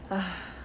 uh